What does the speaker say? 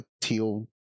teal